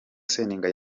seninga